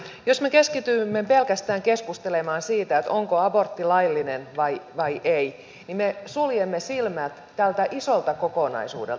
jos me keskitymme pelkästään keskustelemaan siitä onko abortti laillinen vai ei niin me suljemme silmät tältä isolta kokonaisuudelta